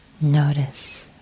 Notice